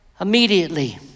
immediately